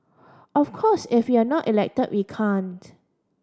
of course if we're not elected we can't